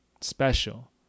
special